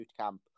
Bootcamp